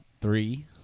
three